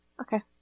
Okay